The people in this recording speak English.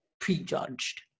prejudged